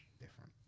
Different